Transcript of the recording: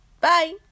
bye